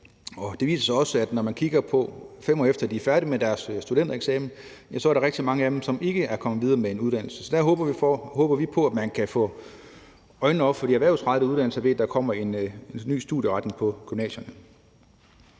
dag. Det viser sig også, at når man kigger på det, 5 år efter at de er færdige med deres studentereksamen, er der rigtig mange af dem, som ikke er kommet videre med en uddannelse. Så derfor håber vi på, at man kan få øjnene op for de erhvervsrettede uddannelser, ved at der kommer nye studieretninger på gymnasierne.